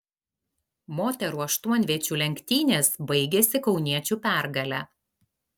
moterų aštuonviečių lenktynės baigėsi kauniečių pergale